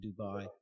Dubai